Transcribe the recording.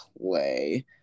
play